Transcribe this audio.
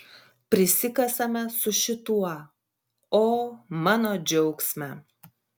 prisikasame su šituo o mano džiaugsme